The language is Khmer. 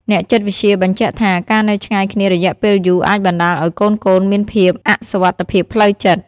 អ្នកចិត្តវិទ្យាបញ្ជាក់ថា ការនៅឆ្ងាយគ្នារយៈពេលយូរអាចបណ្តាលឲ្យកូនៗមានភាពអសុវត្ថិភាពផ្លូវចិត្ត។